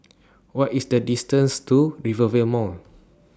What IS The distance to Rivervale Mall